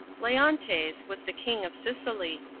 leontes was the king of sicily,